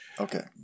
Okay